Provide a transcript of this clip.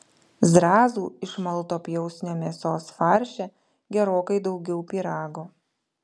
zrazų iš malto pjausnio mėsos farše gerokai daugiau pyrago